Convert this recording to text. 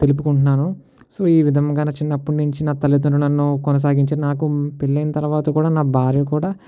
తెలుపుకుంటున్నాను సో ఈ విధంగానే చిన్నప్పుడు నుంచి నా తల్లితండ్రుల నన్ను కొనసాగించి నాకు పెళ్ళైన తర్వాత కూడా నా భార్య కూడా